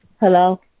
Hello